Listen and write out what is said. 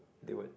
they would